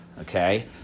Okay